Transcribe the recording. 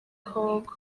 kongo